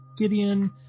Gideon